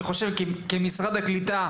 אני מתאר לעצמי שמשרד הקליטה